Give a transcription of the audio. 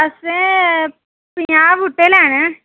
असें पंजाह् बूह्टे लैने